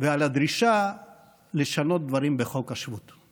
ועל הדרישה לשנות דברים בחוק השבות.